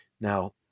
Now